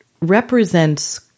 represents